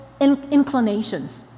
inclinations